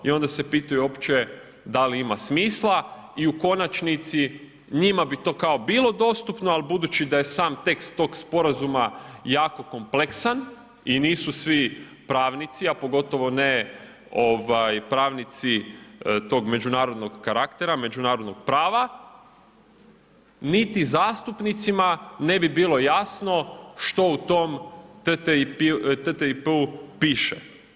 I onda se pitaju uopće da li ima smisla i u konačnici njima bi to kao bilo dostupno, ali budući da je sam tekst tog sporazuma jako kompleksan i nisu svi pravnici, a pogotovo ne tog međunarodnog karaktera, međunarodnog prava niti zastupnicima ne bi bilo jasno što u tom TTIP-u piše.